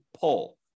pull